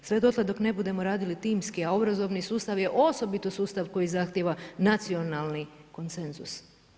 Sve dotle dok ne budemo radili timski a obrazovni sustav je osobito sustav koji zahtjeva nacionalni konsenzus.